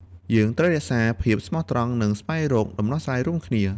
យើងត្រូវរក្សាភាពស្មោះត្រង់ និងស្វែងរកដំណោះស្រាយរួមគ្នា។